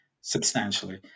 substantially